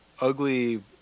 ugly